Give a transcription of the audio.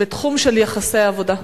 בתחום של יחסי עבודה.